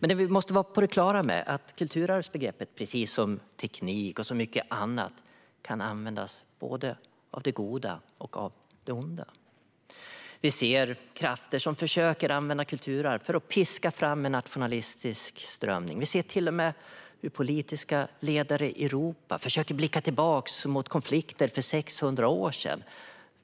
Det vi måste vara på det klara med är dock att kulturarvsbegreppet, precis som teknik och mycket annat, kan användas av både det goda och det onda. Vi ser krafter som försöker använda kulturarv för att piska fram en nationalistisk strömning. Vi ser till och med hur politiska ledare i Europa försöker blicka tillbaka mot konflikter som ägde rum för 600 år sedan